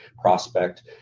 prospect